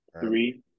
three